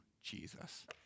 Jesus